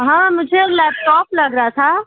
ہاں مجھے laptop لگ رہا تھا